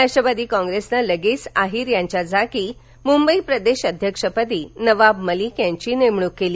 राष्ट्रवादी कॉंग्रेसनं लगेच अहीर यांच्या जागी मुंबई प्रदेश अध्यक्षपदी नवाब मलिक यांची नेमणुक केली